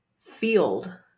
field